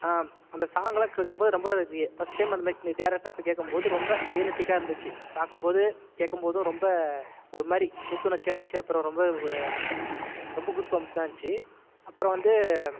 அந்த சங்கலா கேட்கும் போது ரொம்ப ரீ ஃபஸ்ட் டைம் அந்தமாதிரி டேரக்ட்டா போய் கேட்கும்போது ரொம்ப ரியலிட்டிக்காக இருந்துச்சு பார்க்கும் போது கேட்கும்போதும் ரொம்ப ஒருமாதிரி புத்துணர்ச்சியாக இருந்துச்சி அப்புறம் ரொம்ப ரொம்ப குஸ்பம்சா இருந்துச்சு அப்புறம் வந்து